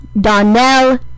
Donnell